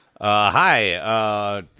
Hi